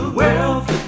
wealth